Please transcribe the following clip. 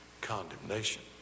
Condemnation